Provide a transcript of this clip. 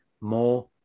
More